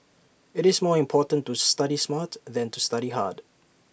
IT is more important to study smart than to study hard